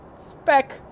spec